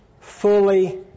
fully